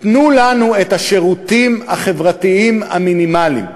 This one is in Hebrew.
תנו לנו את השירותים החברתיים המינימליים.